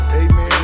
amen